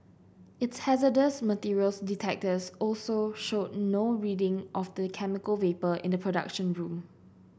its hazardous materials detectors also showed no reading of the chemical vapour in the production room